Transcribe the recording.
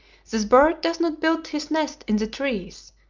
this bird does not build his nest in the trees,